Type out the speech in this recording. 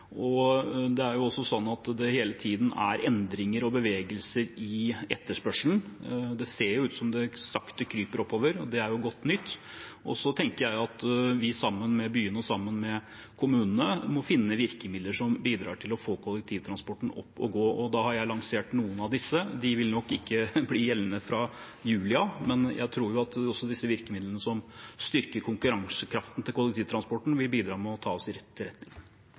Det er også sånn at det hele tiden er endringer og bevegelser i etterspørselen. Det ser ut til at det sakte kryper oppover, og det er godt nytt. Så tenker jeg at vi sammen med byene og kommunene må finne virkemidler som bidrar til å få kollektivtransporten opp og gå. Jeg har lansert noen av disse – de vil nok ikke bli gjeldende fra juli av, men jeg tror også noen av disse virkemidlene som styrker konkurransekraften til kollektivtrafikken, vil bidra med å ta oss i rett retning.